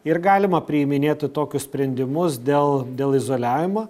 ir galima priiminėti tokius sprendimus dėl dėl izoliavimo